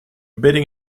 bidding